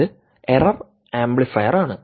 ഇത് എറർ ആംപ്ലിഫയറാണ്